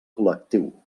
col·lectiu